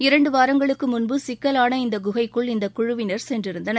இரண்டு வாரங்களுக்கு முன்பு சிக்கலான இந்தக் குகைக்குள் இந்தக் குழுவினர் சென்றிருந்தனர்